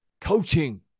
Coaching